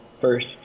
First